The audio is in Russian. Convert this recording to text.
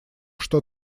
что